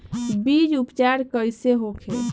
बीज उपचार कइसे होखे?